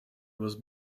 was